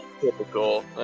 Typical